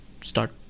start